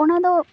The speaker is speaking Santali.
ᱚᱱᱟ ᱫᱚ